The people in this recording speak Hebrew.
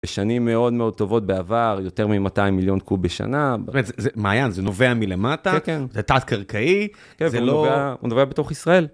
בשנים מאוד מאוד טובות בעבר, יותר מ-200 מיליון קוב שנה. באמת, זה מעיין, זה נובע מלמטה, זה תת-קרקעי, זה לא... הוא נובע בתוך ישראל.